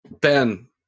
Ben